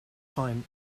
time